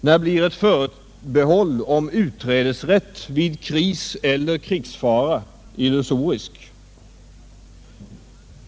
När blir ett förbehåll om utträdesrätt vid kriseller krigsfara illusoriskt?